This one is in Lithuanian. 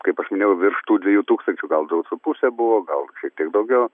kaip aš minėjau virš tų dviejų tūkstančių gal du su puse buvo gal šiek tiek daugiau